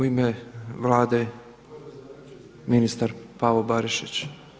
U ime Vlade ministar Pavo Barišić.